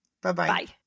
Bye-bye